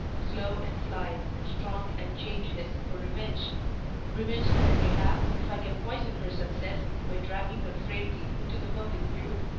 slow and sly, and strong and changeless, for revenge revenge that i may have, if i can poison her success by dragging her frailties into the public view.